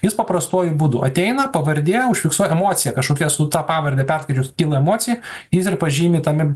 jis paprastuoju būdu ateina pavardė užfiksuoja emocija kažkokia su ta pavarde perskaičius kyla emocija jis ir pažymi tame